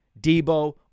Debo